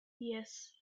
yes